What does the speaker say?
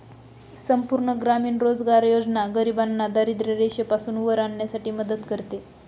संपूर्ण ग्रामीण रोजगार योजना गरिबांना दारिद्ररेषेपासून वर आणण्यासाठी मदत करते